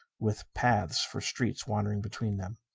with paths for streets wandering between them.